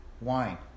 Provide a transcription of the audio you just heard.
wine